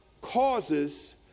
causes